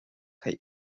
kaj